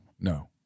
No